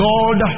God